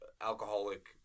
alcoholic